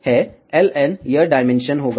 Ln यह dimension होगा